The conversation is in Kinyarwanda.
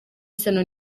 isano